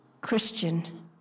Christian